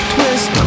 Twist